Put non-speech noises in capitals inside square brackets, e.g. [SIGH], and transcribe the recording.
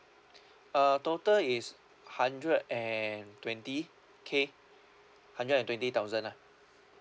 [BREATH] uh total is hundred and twenty K hundred and twenty thousand ah